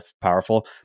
powerful